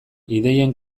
ideien